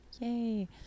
Yay